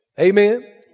Amen